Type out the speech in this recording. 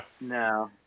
No